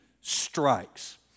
strikes